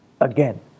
again